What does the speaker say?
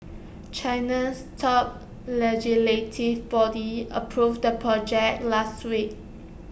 China's top legislative body approved the project last week